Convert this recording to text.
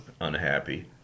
unhappy